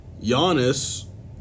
Giannis